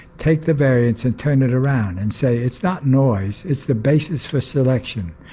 take the variance and turn it around and say it's not noise, it's the basis for selection.